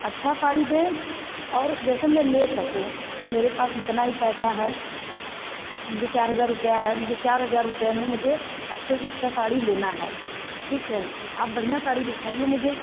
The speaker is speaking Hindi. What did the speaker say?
अच्छी साड़ी दें और जैसे मैं ले सकूँ मेरे पास इतना ही पैसा है मुझे चार हज़ार रुपये है मुझे चार हज़ार रुपये में मुझे अच्छे से अच्छा साड़ी लेना है ठीक है आप बढ़िया साड़ी दिखाइए मुझे